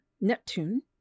Neptune